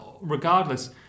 regardless